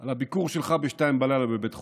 על הביקור שלך ב-02:00 בבית חולים.